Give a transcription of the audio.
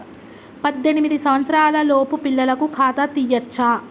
పద్దెనిమిది సంవత్సరాలలోపు పిల్లలకు ఖాతా తీయచ్చా?